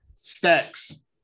stacks